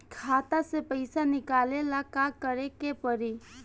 खाता से पैसा निकाले ला का करे के पड़ी?